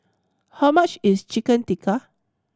how much is Chicken Tikka